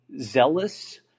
zealous